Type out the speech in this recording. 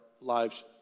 lives